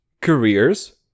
Careers